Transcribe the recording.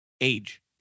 age